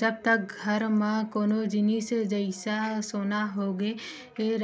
जब तक घर म कोनो जिनिस जइसा सोना होगे